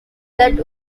that